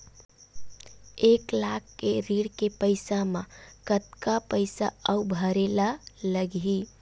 एक लाख के ऋण के पईसा म कतका पईसा आऊ भरे ला लगही?